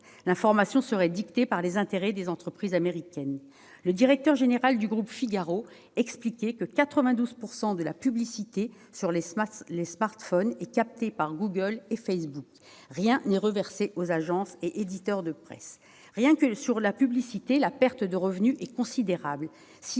L'information serait dictée par les intérêts des entreprises américaines. Le directeur général du groupe Figaro expliquait que 92 % de la publicité sur les smartphones est captée par Google et Facebook. Rien n'est reversé aux agences et éditeurs de presse. Rien qu'en matière de publicité, la perte de revenus est considérable.